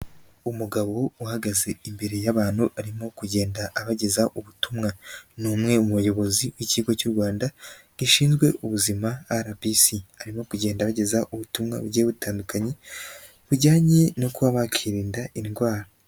Umugabo uhagaze imbere y'abantu arimo kugenda abagezaho ubutumwa, ni umwe mu bayobozi b'ikigo cy'u Rwanda, gishinzwe ubuzima RBC, arimo kugenda bagezaHO ubutumwa bugiye butandukanye, bujyanye no kuba bakirinda indwara.